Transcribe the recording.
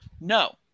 No